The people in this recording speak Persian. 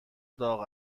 داغ